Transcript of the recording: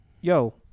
yo